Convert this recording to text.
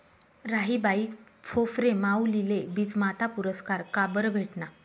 राहीबाई फोफरे माउलीले बीजमाता पुरस्कार काबरं भेटना?